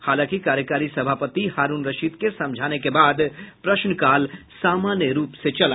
हालांकि कार्यकारी सभापति हारूण रशीद के समझाने के बाद प्रश्नकाल सामान्य रूप से चला